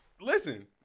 Listen